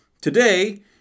today